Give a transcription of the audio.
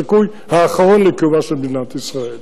הסיכוי האחרון לקיומה של מדינת ישראל.